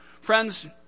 Friends